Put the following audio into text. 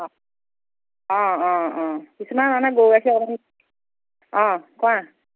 অঁ অঁ অঁ অঁ কিছুমান মানে গৰু গাখীৰ অঁ কোৱা